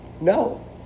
No